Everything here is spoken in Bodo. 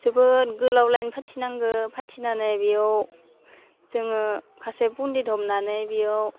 जोबोर गोलाव लाइन पाटि नांगो पाटिनानै बेयाव जोङो सासे पन्डित हमनानै बेयाव